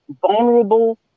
vulnerable